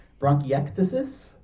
Bronchiectasis